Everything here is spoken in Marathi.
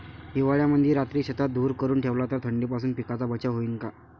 हिवाळ्यामंदी रात्री शेतात धुर करून ठेवला तर थंडीपासून पिकाचा बचाव होईन का?